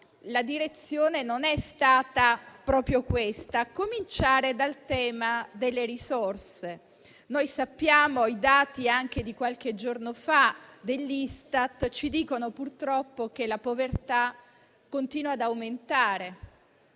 la direzione non è stata proprio questa, a cominciare dal tema delle risorse. Noi sappiamo che anche i dati di qualche giorno fa dell'Istat ci dicono purtroppo che la povertà continua ad aumentare